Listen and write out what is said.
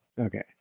okay